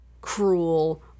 cruel